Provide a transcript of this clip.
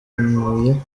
ntuye